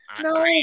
No